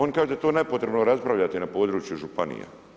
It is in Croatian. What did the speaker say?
Oni kažu da je to nepotrebno raspravljati na području županija.